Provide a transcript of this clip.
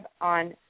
on